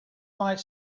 might